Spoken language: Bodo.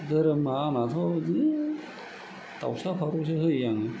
धोरोमा आंनाथ' बिदिनो दाउसा फारौसो होयो आङो